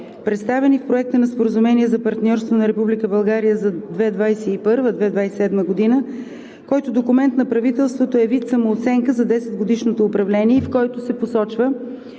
представени в Проекта на Споразумение за партньорство на Република България за 2021 – 2027 г., който документ на правителството е вид самооценка за 10-годишното управление, в който се посочва